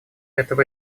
этого